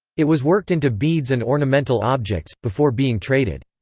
it was worked into beads and ornamental objects, before being traded.